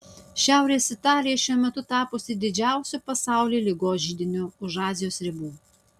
šiaurės italija šiuo metu tapusi didžiausiu pasaulyje ligos židiniu už azijos ribų